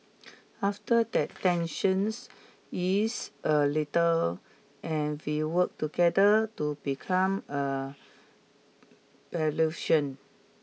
after that tensions ease a little and we work together to become a